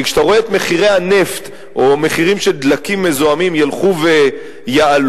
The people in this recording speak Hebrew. כי כשאתה רואה שמחירי הנפט או מחירים של דלקים מזוהמים ילכו ויעלו,